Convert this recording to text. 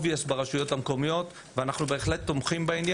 מאליו ברשויות המקומיות ואנחנו בהחלט תומכים בו,